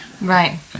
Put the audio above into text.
right